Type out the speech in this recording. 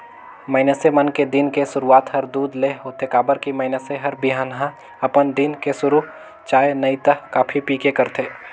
मइनसे मन के दिन के सुरूआत हर दूद ले होथे काबर की मइनसे हर बिहनहा अपन दिन के सुरू चाय नइ त कॉफी पीके करथे